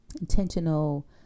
intentional